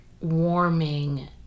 warming